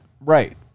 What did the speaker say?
right